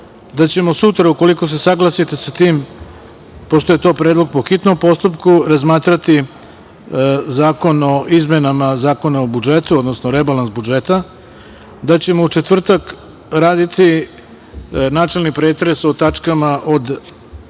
da ćemo sutra ukoliko se saglasite sa tim, pošto je to predlog po hitnom postupku, razmatrati Zakon o izmenama Zakona o budžetu, odnosno rebalans budžeta, da ćemo u četvrtak raditi načelni pretres o tačkama od 2.